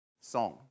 song